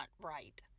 right